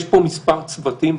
יש פה מספר צוותים,